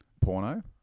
porno